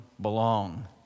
belong